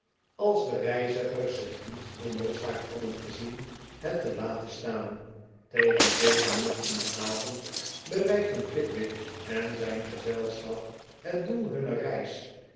als de reizigers zich niet genoodzaakt hadden gezien het te laten staan tegen zeven uur in den avond bereikten pickwick en zijn gezelschap het doel hunner reis